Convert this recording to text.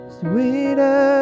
sweeter